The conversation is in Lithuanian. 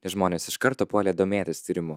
žmonės iš karto puolė domėtis tyrimu